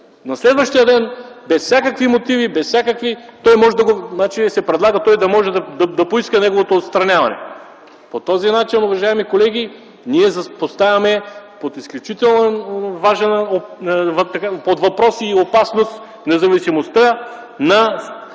на следващия ден без всякакви мотиви, той може да поиска неговото отстраняване. По този начин, уважаеми колеги, ние поставяме под въпрос и опасност независимостта на